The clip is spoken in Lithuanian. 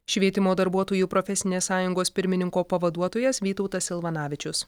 švietimo darbuotojų profesinės sąjungos pirmininko pavaduotojas vytautas silvanavičius